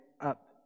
up